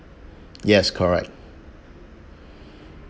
yes correct